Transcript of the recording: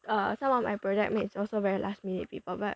err some of my project mates also very last minute people but